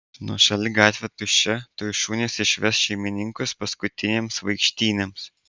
nuošali gatvė tuščia tuoj šunys išves šeimininkus paskutinėms vaikštynėms